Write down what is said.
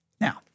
Now